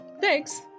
Thanks